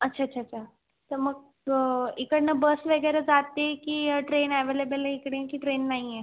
अच्छा अच्छा अच्छा अच्छा तर मग इकडनं बस वगैरे जाते की ट्रेन ॲवेलेबल आहे इकडे की ट्रेन नाही आहे